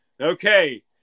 Okay